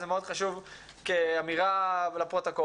שזה מאוד חשוב כאמירה לפרוטוקול,